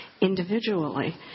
individually